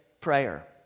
prayer